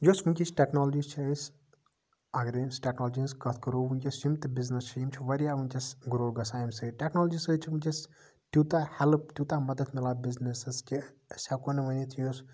یُس ؤنکینٕچ ٹیکنولجی چھےٚ أسۍ اَگر أسۍ ٹیکنولجی ہنز کَتھ کَرو ؤنکیٚس یِم تہِ بِزنِس چھِ یِم چھِ واریاہ ؤنکیٚس گرو گژھان اَمہِ سۭتۍ ٹیکنولجی سۭتۍ چھُ ؤنکیٚس تیوٗتاہ ہٮ۪لٔپ تیوٗتاہ مَدد مِلان بِزنِسَس کہِ أسۍ ہٮ۪کَو نہٕ ؤنِتھ یُس